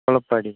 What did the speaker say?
Kolappadi